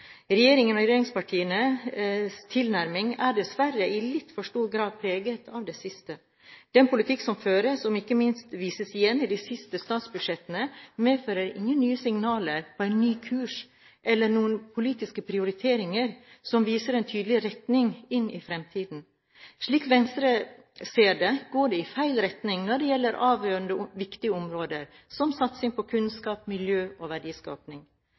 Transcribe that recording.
og ikke for fortiden. Regjeringens og regjeringspartienes tilnærming er dessverre i litt for stor grad preget av det siste. Den politikk som føres – og som ikke minst vises igjen i de siste statsbudsjettene – medfører ingen nye signaler om en ny kurs eller noen politiske prioriteringer som viser en tydelig retning inn i fremtiden. Slik Venstre ser det, går det i feil retning når det gjelder avgjørende viktige områder, som satsing på kunnskap, miljø og